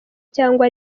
cyangwa